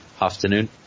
afternoon